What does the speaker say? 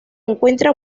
encuentra